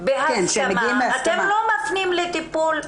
אתם לא מפנים לטיפול,